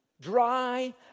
dry